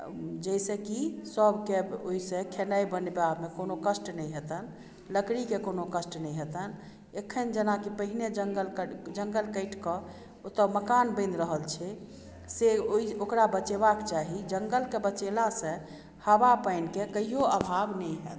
जाहिसॅं कि सबके ओहिसँ खेनाइ बनेबा मे कोनो कष्ट नहि हेतनि लकड़ी के कोनो कष्ट नै हेतनि अखन जेनाकि पहिने जंगल कटि कऽ ओतऽ मकान बनि रहल छै से ओहि ओकरा बचेबा के चाही जे जंगल के बचेला से हवा पानि के कहियो अभाव नहि होयत